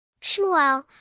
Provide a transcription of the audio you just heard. Shmuel